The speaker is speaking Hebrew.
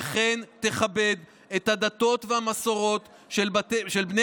וכן תכבד את הדתות והמסורות של בני